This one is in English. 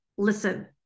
Listen